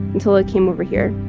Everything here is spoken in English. until i came over here